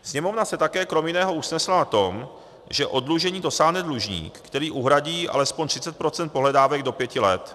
Sněmovna se také krom jiného usnesla na tom, že oddlužení dosáhne dlužník, který uhradí alespoň 30 % pohledávek do pěti let.